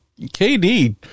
KD